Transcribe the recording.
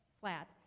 flat